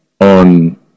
on